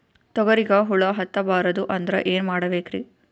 ತೊಗರಿಗ ಹುಳ ಹತ್ತಬಾರದು ಅಂದ್ರ ಏನ್ ಮಾಡಬೇಕ್ರಿ?